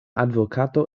advokato